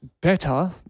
better